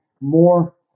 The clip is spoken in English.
more